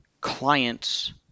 clients